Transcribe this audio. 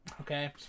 Okay